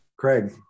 Craig